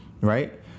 right